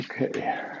Okay